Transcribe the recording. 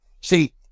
See